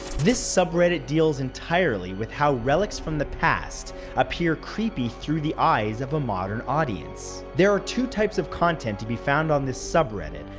this subreddit deals entirely with how relics from the past appear creepy through the eyes of a modern audience. there are two types of content to be found on the subreddit,